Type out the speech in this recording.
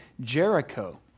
Jericho